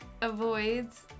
avoids